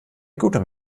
gutem